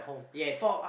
yes